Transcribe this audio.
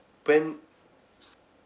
when